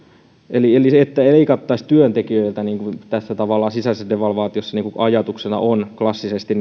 eli sen sijaan että leikattaisiin työntekijöiltä niin kuin tässä tavallaan sisäisessä devalvaatiossa ajatuksena on klassisesti